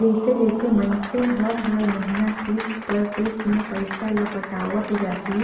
जइसे जइसे मइनसे हर हर महिना किस्त कर रूप में पइसा ल पटावत जाही